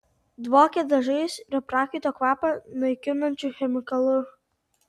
dvokė dažais ir prakaito kvapą naikinančiu chemikalu